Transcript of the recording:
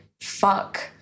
fuck